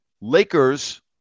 Lakers